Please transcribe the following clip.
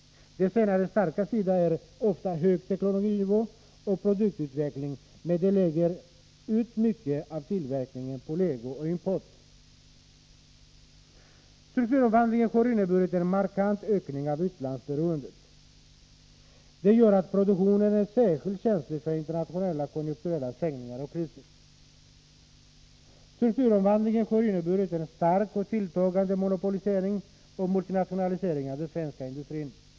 De senares starka sida är i de flesta fall en hög teknologinivå och produktutveckling, men de lägger ut mycket på legotillverkning och arbetar med importerade komponenter. Strukturomvandlingen har inneburit en markant ökning av utlandsberoendet. Det gör att produktionen är särskilt känslig för internationella konjunkturella svängningar och kriser. Strukturomvandlingen har också inneburit en starkt tilltagande monopolisering och multinationalisering av den svenska industrin.